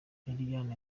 liliane